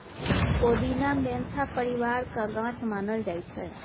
पोदीना Mentha परिबारक गाछ मानल जाइ छै